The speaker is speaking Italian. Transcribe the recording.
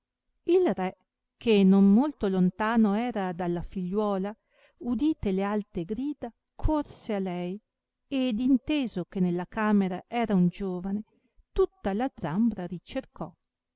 il re che non molto lontano era dalla figliuola udite le alte grida corse a lei ed inteso che nella camera era un giovane tutta la zambra ricercò